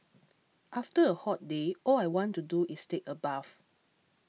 after a hot day all I want to do is take a bath